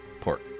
Port